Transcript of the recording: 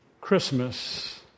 Christmas